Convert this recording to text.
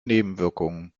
nebenwirkungen